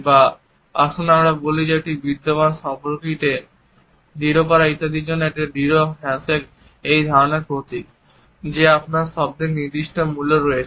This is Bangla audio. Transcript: বা আসুন আমরা বলি যে একটি বিদ্যমান সম্পর্ককে দৃঢ় করা ইত্যাদির জন্য একটি দৃঢ় হ্যান্ডশেক এই ধারণার প্রতীক যে আপনার শব্দের নির্দিষ্ট মূল্য রয়েছে